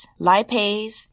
lipase